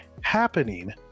happening